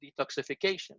detoxification